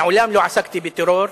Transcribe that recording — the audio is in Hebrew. מעולם לא עסקתי בטרור.